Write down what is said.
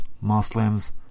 Muslims